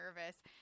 nervous